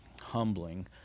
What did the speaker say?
humbling